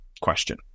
question